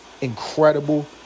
incredible